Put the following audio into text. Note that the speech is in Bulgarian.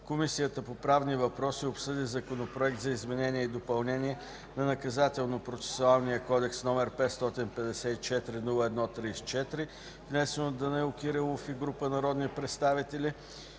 Комисията по правни въпроси обсъди законопроект за изменение и допълнение на Наказателно-процесуалния кодекс № 554-01-34, внесен от Данаил Димитров Кирилов и група народни представители